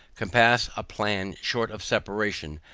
compass a plan short of separation,